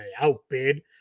outbid